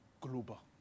Global